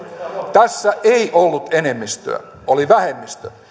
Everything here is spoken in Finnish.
tässä ei ollut enemmistöä oli vähemmistö